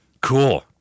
Cool